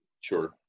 Sure